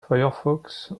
firefox